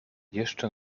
jeszcze